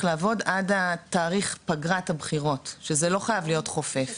לעבוד עד תאריך פגרת הבחירות שלא חייב להיות חופף.